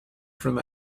from